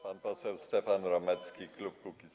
Pan poseł Stefan Romecki, klub Kukiz’15.